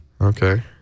Okay